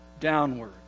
downward